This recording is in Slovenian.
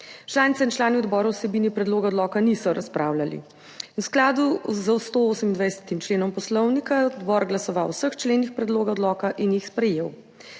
Članice in člani odbora o vsebini predloga odloka niso razpravljali. V skladu s 128. členom Poslovnika je odbor glasoval o vseh členih predloga odloka in jih sprejel.